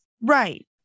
Right